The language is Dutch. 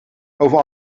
over